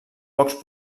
pocs